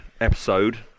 episode